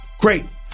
great